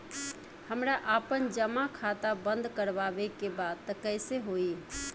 हमरा आपन जमा खाता बंद करवावे के बा त कैसे होई?